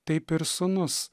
taip ir sūnus